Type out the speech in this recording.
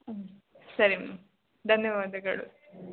ಹಾಂ ಸರಿ ಮ್ಯಾಮ್ ಧನ್ಯವಾದಗಳು